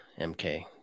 MK